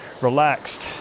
relaxed